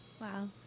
Wow